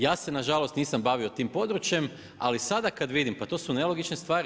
Ja se na žalost nisam bavio tim područjem, ali sada kad vidim pa to su nelogične stvari.